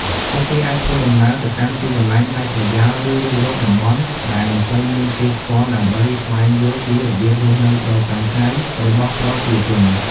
ពួកគេអាចធ្វើដំណើរទៅកាន់ទីកន្លែងដាច់ស្រយាលឬរុករកតំបន់ដែលមិនសូវមានគេស្គាល់ដើម្បីស្វែងយល់ពីរបៀបរស់នៅប្រចាំថ្ងៃរបស់ប្រជាជន។